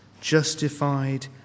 Justified